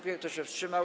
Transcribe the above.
Kto się wstrzymał?